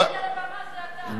מי, במה זה אתה, לא אני.